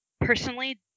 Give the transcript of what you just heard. personally